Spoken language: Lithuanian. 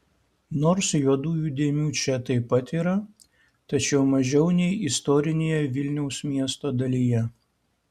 nors juodųjų dėmių čia taip pat yra tačiau mažiau nei istorinėje vilniaus miesto dalyje